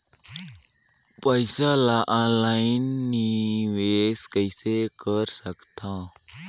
पईसा ल ऑनलाइन निवेश कइसे कर सकथव?